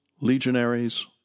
Legionaries